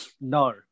No